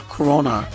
Corona